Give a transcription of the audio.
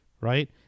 right